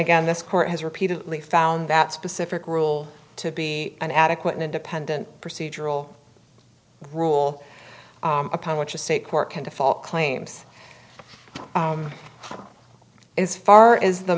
again this court has repeatedly found that specific rule to be an adequate and independent procedural rule upon which a state court can default claims is far is the